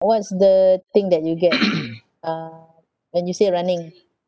what's the thing that you get uh when you say running